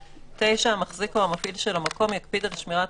(9) המחזיק או המפעיל של המקום יקפיד על שמירת